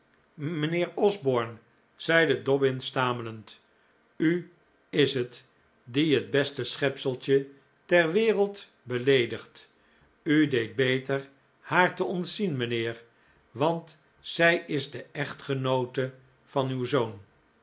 mijnheer osborne zeide dobbin stamelend u is het die het beste schepseltje ter wereld beleedigt u deed beter haar te ontzien mijnheer want zij is de echtgenoote van uw zoon